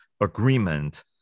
agreement